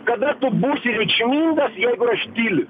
kada tu būsi reikšmingas jeigu yra štilius